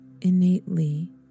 innately